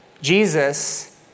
Jesus